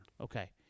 Okay